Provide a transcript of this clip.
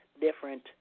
different